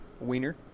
wiener